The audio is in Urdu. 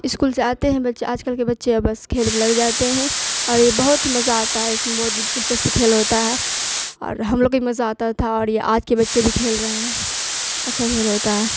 اسکول سے آتے ہیں بچے آج کل کے بچے اور بس کھیل میں لگ جاتے ہیں اور یہ بہت ہی مزہ آتا ہے اس میں بہت دلچسپ کھیل ہوتا ہے اور ہم لوگ کو بھی مزہ آتا تھا اور یہ آج کے بچے بھی کھیل رہے ہیں اچھا کھیل ہوتا ہے